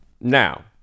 Now